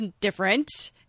different